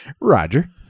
Roger